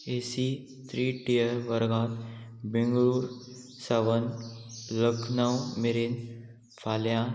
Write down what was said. ए C three tier वर्गांत बेंगळूर सावन लकनउ मेरेन फाल्यां